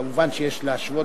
כמובן, יש להשוות